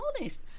honest